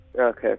okay